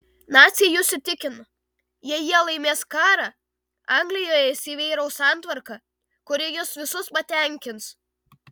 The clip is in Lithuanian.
naciai jus įtikino jei jie laimės karą anglijoje įsivyraus santvarka kuri jus visus patenkins